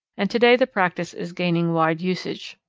and to-day the practice is gaining wide usage.